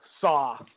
saw